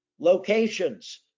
locations